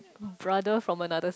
brother from another sex